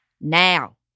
Now